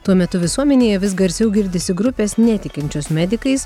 tuo metu visuomenėje vis garsiau girdisi grupės netikinčios medikais